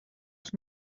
els